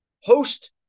host